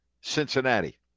Cincinnati